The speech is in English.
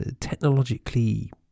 technologically